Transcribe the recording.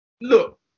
look